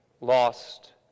lost